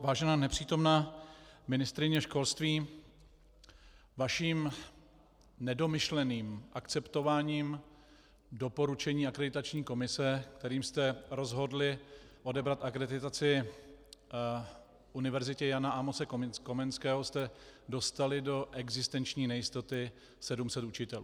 Vážená nepřítomná ministryně školství, vaším nedomyšleným akceptováním doporučení akreditační komise, kterým jste rozhodli odebrat akreditaci Univerzitě Jana Amose Komenského, jste dostali do existenční nejistoty 700 učitelů.